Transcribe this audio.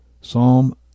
Psalm